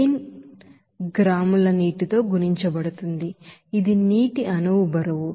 0 గ్రాముల నీటితో గుణించబడుతోంది ఇది నీటి ಮೊಲೆಕ್ಯುಲರ್ ವೆಯಿಟ್